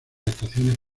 estaciones